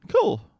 cool